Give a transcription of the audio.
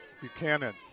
Buchanan